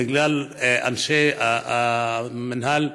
אנשי המינהל,